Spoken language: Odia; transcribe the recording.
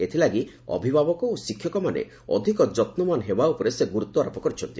ଏଥିଲାଗି ଅଭିଭାବକ ଓ ଶିକ୍ଷକମାନେ ଅଧିକ ଯନ୍ବାନ୍ ହେବା ଉପରେ ସେ ଗୁରୁତ୍ୱାରୋପ କରିଛନ୍ତି